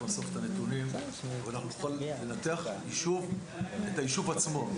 נאסוף את הנתונים ואנחנו נוכל לנתח את היישוב עצמו.